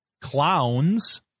Clowns